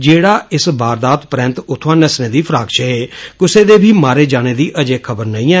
जेड़ा इस बारदात परैंत उत्थुआं नस्सने दी फिराक इच हे कुसै दे बी मारे जाने दी अजें खबर नेई ऐ